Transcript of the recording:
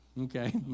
Okay